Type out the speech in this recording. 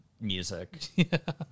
music